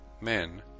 men